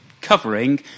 covering